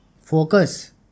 focus